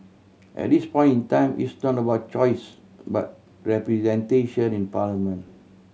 at this point in time it's not about choice but representation in parliament